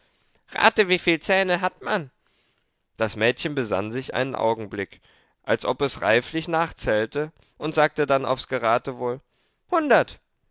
rate wieviel zähne hat man das mädchen besann sich einen augenblick als ob es reiflich nachzählte und sagte dann aufs geratewohl hundert